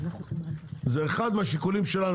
זה אחד מהשיקולים שלנו.